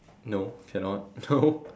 no cannot no